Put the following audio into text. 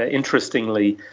ah interestingly,